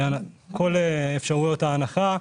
כל אפשרויות ההנחה,